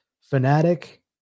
fanatic